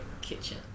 kitchen